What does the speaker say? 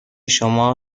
شما